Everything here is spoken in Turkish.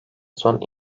son